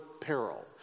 peril